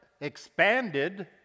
expanded